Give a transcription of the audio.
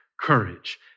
courage